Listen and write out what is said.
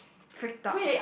freaked out